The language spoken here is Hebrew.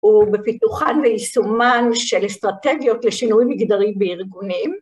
ובפיתוחן ויישומן של אסטרטגיות לשינוי מגדרי בארגונים.